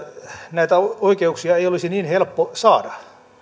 näitä oikeuksia ei olisi niin helppo saada